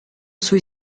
sui